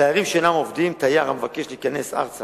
תיירים שאינם עובדים, תייר המבקש להיכנס ארצה